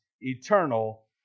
eternal